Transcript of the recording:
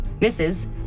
Misses